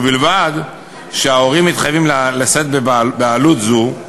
ובלבד שההורים מתחייבים לשאת בעלות זו,